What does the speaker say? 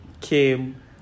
came